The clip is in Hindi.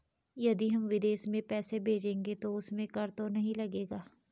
यदि हम विदेश में पैसे भेजेंगे तो उसमें कर तो नहीं लगेगा?